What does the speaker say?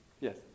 Yes